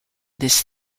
this